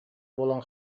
буолан